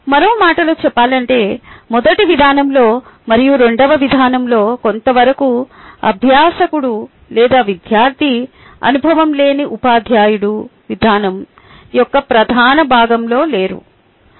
మరో మాటలో చెప్పాలంటే మొదటి విధానంలో మరియు రెండవ విధానంతో కొంతవరకు అభ్యాసకుడు లేదా విద్యార్థి అనుభవం లేని ఉపాధ్యాయుడు విధానం యొక్క ప్రధాన భాగంలో లేరు